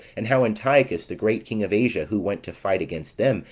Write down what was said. and how antiochus, the great king of asia who went to fight against them,